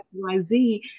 XYZ